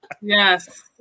Yes